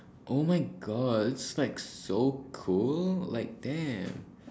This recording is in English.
oh my god it's like so cool like damn